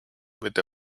with